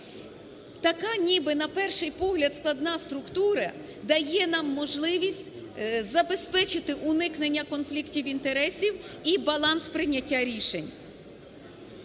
Така ніби на перший погляд складна структура дає нам можливість забезпечити уникнення конфліктів інтересів і баланс прийняття рішень.